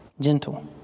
Gentle